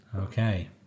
Okay